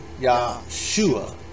Yahshua